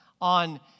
on